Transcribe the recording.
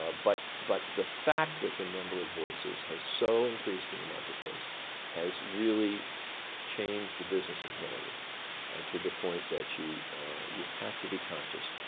ah but but the fact that the number of voices has so increased in the marketplace has really changed the business imperative to the point that you you have to be conscious,